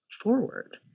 forward